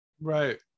right